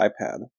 iPad